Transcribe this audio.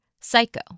psycho